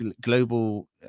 global